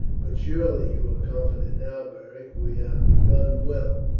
but surely you are confident now, beric we have begun well.